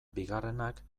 bigarrenak